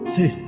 Say